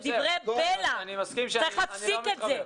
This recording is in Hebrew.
צריך להפסיק את זה.